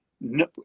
no